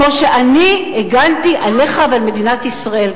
כמו שאני הגנתי עליך ועל מדינת ישראל,